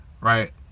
right